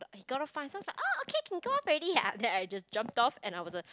he got off fine so I was like oh okay can go off already ah then I jumped off and I was a